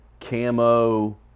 camo